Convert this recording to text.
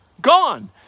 gone